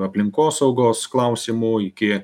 aplinkosaugos klausimų iki